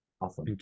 awesome